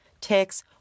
ticks